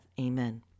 Amen